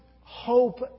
hope